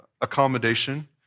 accommodation